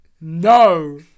No